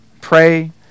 pray